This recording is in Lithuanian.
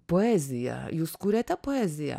poezija jūs kuriate poeziją